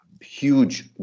huge